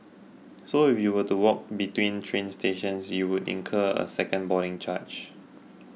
so if you were to walk between train stations you would incur a second boarding charge